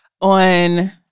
on